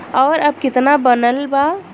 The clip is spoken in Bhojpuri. और अब कितना बनल बा?